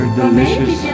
delicious